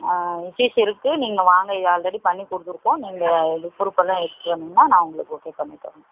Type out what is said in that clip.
CC இருக்கு நீங்கள் வாங்க இது ஆல்ரெடி பண்ணி கொடுத்துருக்கோம் நீங்கள் இது புரூஃபெல்லாம் எடுத்துகிட்டு வந்தீங்கன்னா நான் உங்களுக்கு ஓகே பண்ணி தரேன்